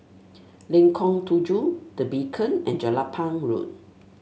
Lengkong Tujuh The Beacon and Jelapang Road